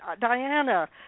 Diana